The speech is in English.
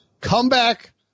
Comeback